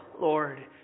Lord